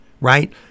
right